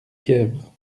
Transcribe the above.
fièvre